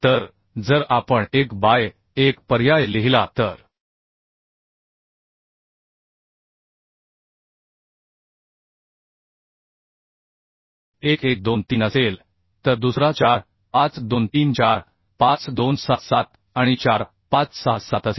तर जर आपण 1 बाय 1 पर्याय लिहिला तर एक 1 2 3 असेल तर दुसरा 4 5 2 3 4 5 2 6 7 आणि 4 5 6 7 असेल